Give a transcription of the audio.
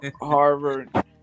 Harvard